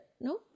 No